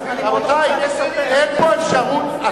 רבותי, אין פה אפשרות.